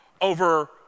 over